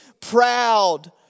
proud